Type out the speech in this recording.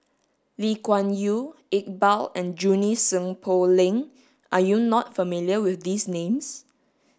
Lee Kuan Yew Iqbal and Junie Sng Poh Leng are you not familiar with these names